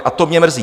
A to mě mrzí.